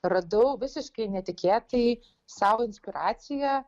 radau visiškai netikėtai sau inspiraciją